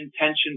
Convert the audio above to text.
Intention